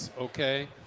Okay